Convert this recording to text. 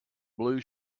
blue